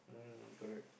mm correct